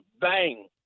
Bang